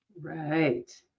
right